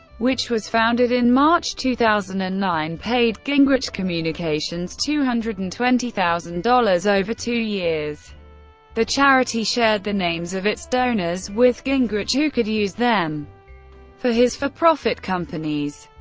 which was founded in march two thousand and nine, paid gingrich communications two hundred and twenty thousand dollars over two years the charity shared the names of its donors with gingrich, who could use them for his for-profit companies.